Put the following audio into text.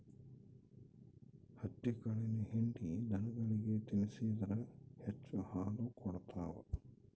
ಹತ್ತಿಕಾಳಿನ ಹಿಂಡಿ ದನಗಳಿಗೆ ತಿನ್ನಿಸಿದ್ರ ಹೆಚ್ಚು ಹಾಲು ಕೊಡ್ತಾವ